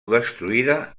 destruïda